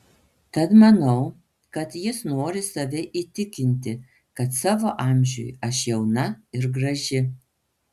tad manau kad jis nori save įtikinti kad savo amžiui aš jauna ir graži